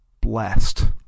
blessed